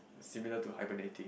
similar to hibernating